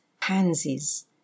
pansies